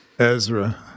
Ezra